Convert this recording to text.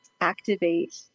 activate